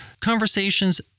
conversations